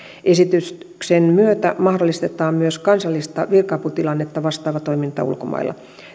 esityksen myötä mahdollistetaan myös kansallista virka aputilannetta vastaava toiminta ulkomailla